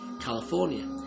California